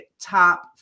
top